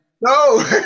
No